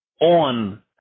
on